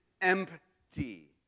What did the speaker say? empty